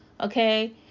okay